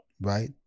right